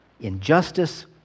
injustice